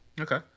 Okay